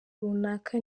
runaka